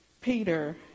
Peter